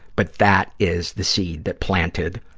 but that is the seed that planted